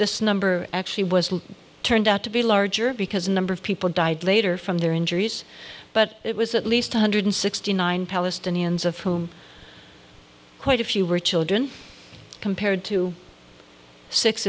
this number actually was turned out to be larger because a number of people died later from their injuries but it was at least one hundred sixty nine palestinians of whom quite a few were children compared to six